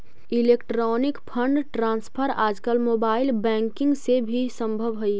electronic fund transfer आजकल mobile banking से भी संभव हइ